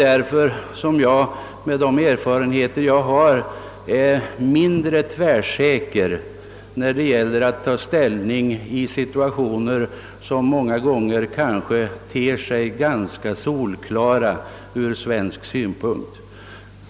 Därför är jag, med de erfarenheter jag har, mindre tvärsäker när det gäller att ta ställning till situationer, som kanske många gånger ter sig ganska solklara från svensk synpunkt.